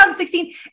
2016